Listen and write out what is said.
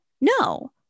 No